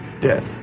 death